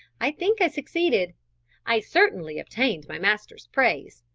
i think i succeeded i certainly obtained my master's praise,